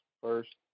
first